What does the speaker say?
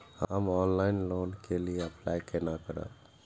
हम online loan के लिए अप्लाई केना करब?